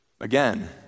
Again